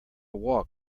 walk